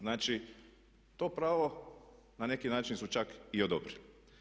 Znači to pravo na neki način su čak i odobrili.